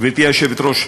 גברתי היושבת-ראש,